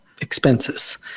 expenses